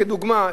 כדוגמה,